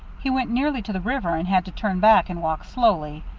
he went nearly to the river and had to turn back and walk slowly.